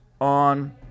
on